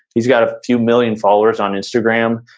he's got a few million followers on instagram.